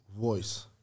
voice